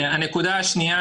הנקודה השנייה,